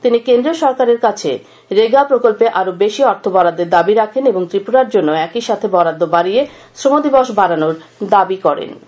তিনি কেন্দ্রীয় সরকারের কাছে রেগা প্রকল্পে আরো বেশি অর্থ বরাদ্দের দাবি রাখেন এবং ত্রিপুরার জন্য একইসাথে বরাদ্দ বাড়িয়ে শ্রমদিবস বাড়ানোর দাবি তুলে ধরেন